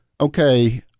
okay –